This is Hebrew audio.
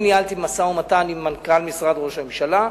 ניהלתי משא-ומתן עם מנכ"ל משרד ראש הממשלה,